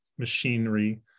machinery